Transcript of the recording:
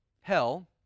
Hell